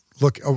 look